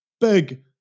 Big